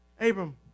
Abram